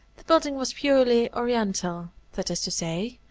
the building was purely oriental that is to say,